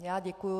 Já děkuji.